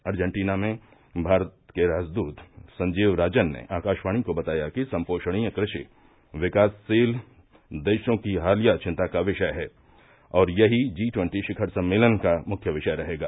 Argentina में भारत के राजदूत संजीव राजन ने आकाशवाणी को बताया कि सम्पोषणीय कृषि विकासशील देशों की हालिया चिन्ता का विषय है और यही जी ट्न्वटी शिखर सम्मेलन का मुख्य विषय रहेगा